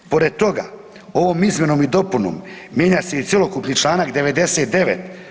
Pored toga ovom izmjenom i dopunom mijenja se i cjelokupni Članak 99.